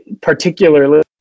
particularly